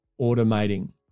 automating